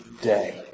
day